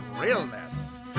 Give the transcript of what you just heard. Realness